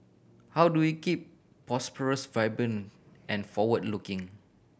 how do we keep prosperous vibrant and forward looking